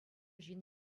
ҫын